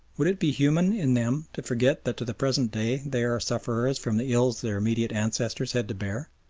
would it be human in them to forget that to the present day they are sufferers from the ills their immediate ancestors had to bear?